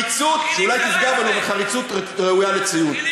שאולי תפגע בנו, אבל חריצות ראויה לציון.